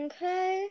Okay